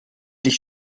dich